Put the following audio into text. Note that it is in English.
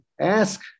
Ask